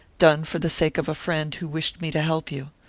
done for the sake of a friend who wished me to help you.